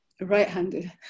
Right-handed